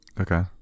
Okay